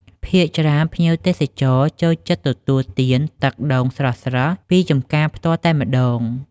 ភាគច្រើនភ្ញៀវទេសចរចូលចិត្តទទួលទានទឹកដូងស្រស់ៗពីចម្ការផ្ទាល់តែម្តង។